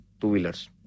two-wheelers